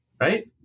right